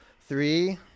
Three